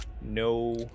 no